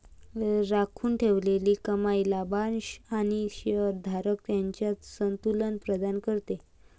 राखून ठेवलेली कमाई लाभांश आणि शेअर धारक यांच्यात संतुलन प्रदान करते